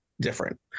different